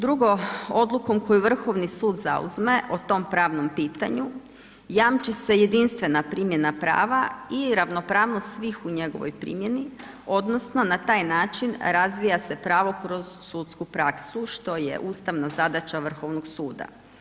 Drugo, odlukom koju Vrhovni sud zauzme o tom pravnom pitanju, jamči se jedinstvena primjena prava i ravnopravnost svih u njegovoj primjeni odnosno na taj način razvija se pravo kroz sudsku praksu, što je ustavna zadaća Vrhovnog suda.